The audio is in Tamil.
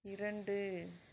இரண்டு